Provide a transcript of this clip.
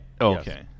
Okay